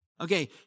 Okay